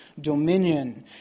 dominion